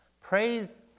Praise